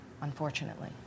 unfortunately